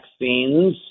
vaccines